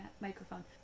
microphone